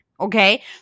Okay